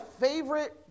favorite